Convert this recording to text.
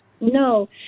No